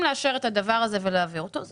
עוברים לסעיף הבא בסדר היום.